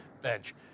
bench